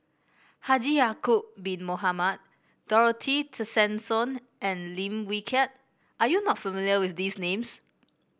Haji Ya'acob Bin Mohamed Dorothy Tessensohn and Lim Wee Kiak are you not familiar with these names